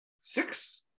six